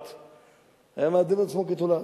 היה מעדן עצמו כתולעת.